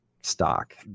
stock